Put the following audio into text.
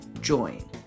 join